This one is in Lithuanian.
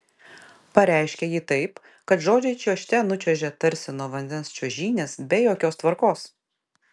pareiškia ji taip kad žodžiai čiuožte nučiuožia tarsi nuo vandens čiuožynės be jokios tvarkos